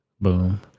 Boom